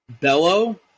Bello